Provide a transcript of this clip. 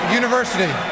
university